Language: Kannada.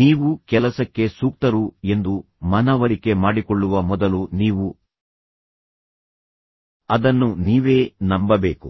ನೀವು ಕೆಲಸಕ್ಕೆ ಸೂಕ್ತರು ಎಂದು ಮನವರಿಕೆ ಮಾಡಿಕೊಳ್ಳುವ ಮೊದಲು ನೀವು ಅದನ್ನು ನೀವೇ ನಂಬಬೇಕು